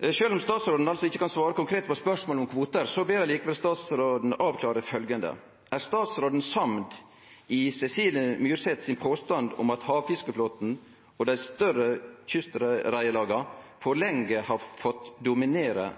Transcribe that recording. Sjølv om statsråden altså ikkje kan svare konkret på spørsmålet om kvoter, ber eg likevel statsråden avklare følgjande: Er statsråden samd i Cecilie Myrseth sin påstand om at havfiskeflåten og dei større kystreiarlaga for lenge har fått dominere